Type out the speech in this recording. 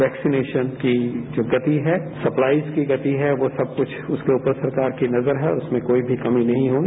vaccination की जो गति है सप्लॉयर्स की गति है वो सब कुछ उसके ऊपर सरकार की नजर है उसमें कोई भी कमी नहीं होगी